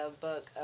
book